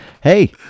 hey